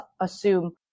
assume